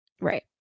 right